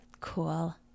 Cool